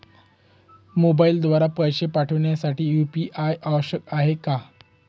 मोबाईलद्वारे पैसे पाठवण्यासाठी यू.पी.आय आवश्यक आहे का?